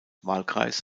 wahlkreis